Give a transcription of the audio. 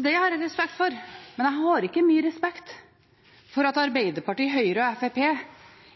Det har jeg respekt for, men jeg har ikke mye respekt for at Arbeiderpartiet, Høyre og Fremskrittspartiet